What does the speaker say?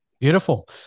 Beautiful